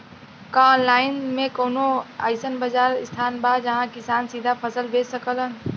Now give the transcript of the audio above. का आनलाइन मे कौनो अइसन बाजार स्थान बा जहाँ किसान सीधा फसल बेच सकेलन?